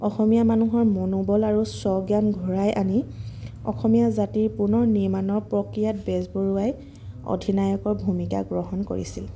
অসমীয়া মানুহৰ মনোবল আৰু স্বজ্ঞান ঘূৰাই আনি অসমীয়া জাতিৰ পুনৰ নিৰ্মাণৰ প্ৰক্ৰিয়াত বেজবৰুৱাই অধিনায়কৰ ভূমিকা গ্ৰহণ কৰিছিল